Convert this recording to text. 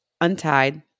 untied